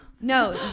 No